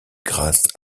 grâce